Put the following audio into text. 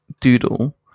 doodle